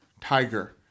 Tiger